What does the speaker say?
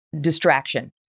distraction